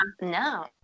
No